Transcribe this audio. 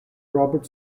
robert